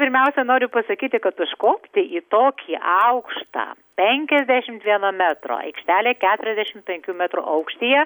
pirmiausia noriu pasakyti kad užkopti į tokį aukštą penkiasdešimt vieno metro aikštelė keturiasdešim penkių metrų aukštyje